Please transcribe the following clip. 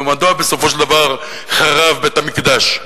ומדוע בסופו של דבר חרב בית-המקדש.